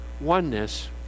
oneness